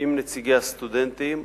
עם נציגי הסטודנטים,